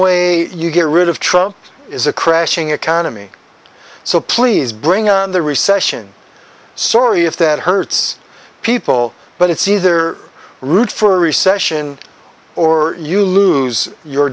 way you get rid of trouble is a crashing economy so please bring on the recession sorry if that hurts people but it's either root for recession or you lose your